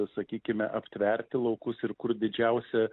sakykime aptverti laukus ir kur didžiausia